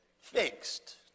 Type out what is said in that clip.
fixed